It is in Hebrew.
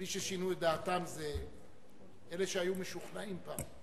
מי ששינו את דעתם זה אלה שהיו משוכנעים פעם,